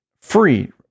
free